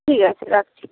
ঠিক আছে রাখছি